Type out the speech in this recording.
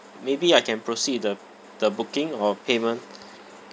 maybe I can proceed the the booking or payment